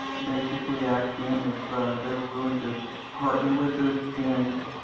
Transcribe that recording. basically asked them if they were willing to partner with us and